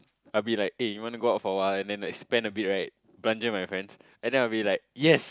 I'll be like eh you wanna go out for a while and then like spend a bit right belanja my friends and then I'll be like yes